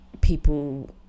people